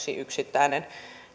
yksittäinen